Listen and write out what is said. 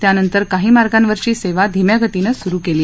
त्यानंतर काही मार्गावरची सेवा धीम्या गतीनं सुरु केली आहे